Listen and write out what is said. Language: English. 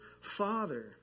father